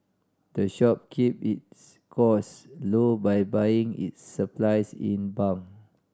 the shop keep its cost low by buying its supplies in bulk